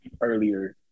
earlier